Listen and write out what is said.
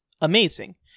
amazing